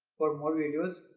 for more videos,